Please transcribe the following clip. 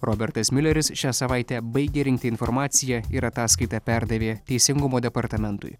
robertas miuleris šią savaitę baigė rinkti informaciją ir ataskaitą perdavė teisingumo departamentui